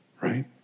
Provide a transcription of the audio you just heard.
right